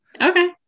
Okay